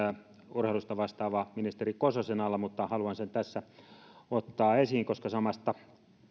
urheilusta vastaavan ministeri kososen alaa mutta haluan sen tässä ottaa esiin koska samasta